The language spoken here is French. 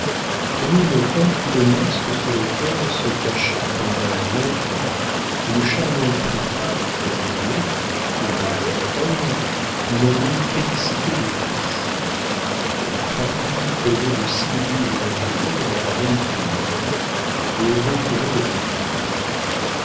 maupin fut le masque sous lequel se cacha pendant longtemps une charmante fille très-bien née une bretonne nommée félicité des touches la femme qui causait de si vives inquiétudes à la baronne du guénic et au bon curé de